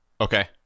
Okay